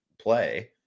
play